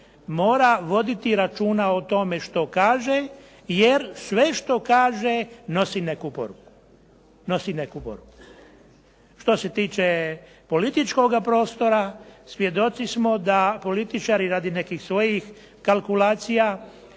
mora voditi računa o tome što kaže, jer sve što kaže nosi neku poruku. Nosi neku poruku. Što se tiče političkoga prostora, svjedoci smo da političari radi nekih svojih kalkulacija